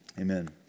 Amen